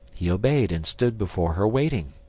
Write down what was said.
he obeyed, and stood before her waiting.